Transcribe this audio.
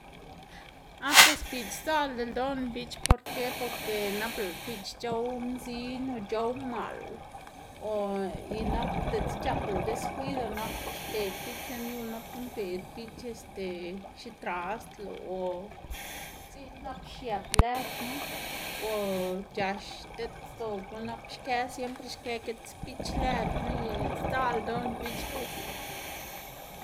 Ah pues biꞌch sdzaꞌlda ldoꞌná biꞌch porque, porque nap lëꞌ biꞌch c̲h̲ow mzin o c̲h̲ow maꞌl o y nap diꞌtse c̲h̲aplá descuido nap xded biꞌch lën yu nap guꞌn bed biꞌch este xitrasdlá o ziꞌd nap xiëp lëdma o c̲h̲ax diꞌt dzobma nap xkë siempre xkë gits biꞌch lëdma y sdzaꞌlda ldoꞌná biꞌch pues.